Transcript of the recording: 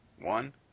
one